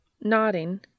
Nodding